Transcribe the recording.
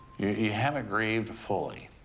you haven't grieved fully.